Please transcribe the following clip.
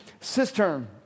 cistern